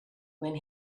when